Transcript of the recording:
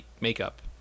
Makeup